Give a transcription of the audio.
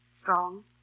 Strong